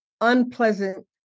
unpleasant